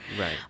Right